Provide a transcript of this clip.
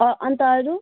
अन्त अरू